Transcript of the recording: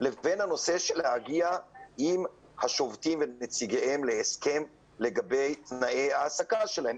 לבין הנושא של להגיע עם השובתים ונציגיהם להסכם על תנאי ההעסקה שלהם?